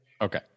Okay